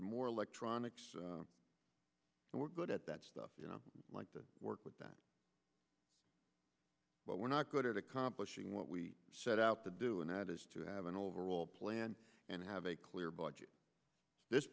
and more electronics and we're good at that stuff you know like to work with that but we're not good at accomplishing what we set out to do and that is to have an overall plan and have a clear budget this